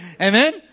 Amen